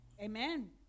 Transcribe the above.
amen